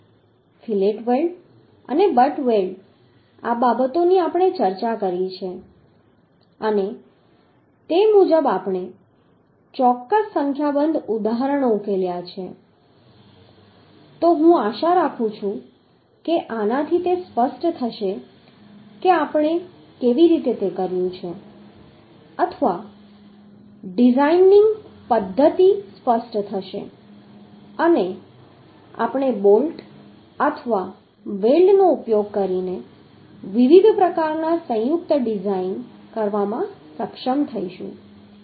fillet weld અને butt weld આ બાબતોની આપણે ચર્ચા કરી છે અને તે મુજબ આપણે ચોક્કસ સંખ્યાબંધ ઉદાહરણો ઉકેલ્યા છે હું આશા રાખું છું કે આનાથી તે સ્પષ્ટ થશે કે આપણે કેવી રીતે તે કર્યું છે અથવા ડિઝાઇનિંગ પદ્ધતિ સ્પષ્ટ થશે અને આપણે બોલ્ટ અથવા વેલ્ડનો ઉપયોગ કરીને વિવિધ પ્રકારના સંયુક્ત ડિઝાઇન કરવામાં સક્ષમ થઈશું